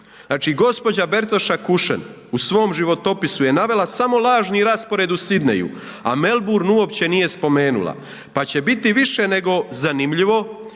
Znači gđa. Bertoša Kušen u svom životopisu je navela samo lažni raspored u Sydneyju a Melbourne uopće nije spomenula pa će biti više nego zanimljivo